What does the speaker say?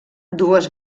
dues